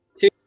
two